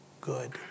good